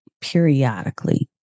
periodically